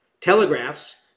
Telegraphs